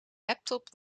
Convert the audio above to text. laptop